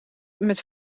met